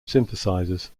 synthesizers